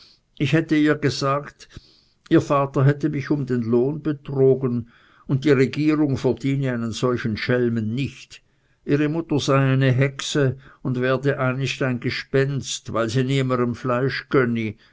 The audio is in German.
ich hätte gesagt ihr vater hätte mich um den lohn betrogen und die regierung verdiene einen solchen schelmen nicht ihre mutter sei eine hexe und werde einist ein gespenst weil sie niemerem fleisch